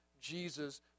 Jesus